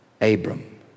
Abram